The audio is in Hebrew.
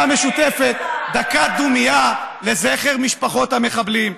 המשותפת דקת דומייה לזכר משפחות המחבלים.